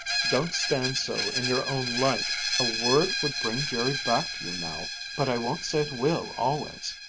don't stand so in your own light! a word would bring jerry back to you now but i won't say it will always.